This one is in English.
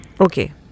Okay